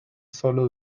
solo